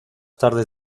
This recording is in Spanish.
tarde